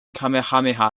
kamehameha